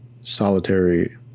solitary